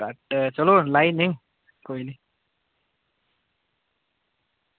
घट्ट चलो लाई ओड़ने आं कोई निं